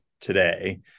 today